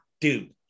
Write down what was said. Dude